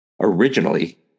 originally